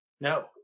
no